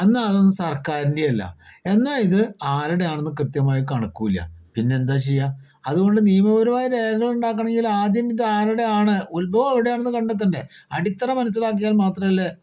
അന്നാ അതൊന്നും സർക്കാരിൻ്റെയുമല്ല എന്ന ഇത് ആരുടേതാണെന്ന് കൃത്യമായി കണക്കും ഇല്ല പിന്നെ എന്താ ചെയ്യ അത്കൊണ്ട് നിയമപരമായ രേഖകൾ ഉണ്ടാക്കണമെങ്കിൽ ആദ്യം ഇത് ആരുടെയാണ് ഉത്ഭവം എവിടെയാണെന്ന് കണ്ടെത്തണ്ടേ അടിത്തറ മനസിലാക്കിയാൽ മാത്രല്ലേ